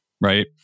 right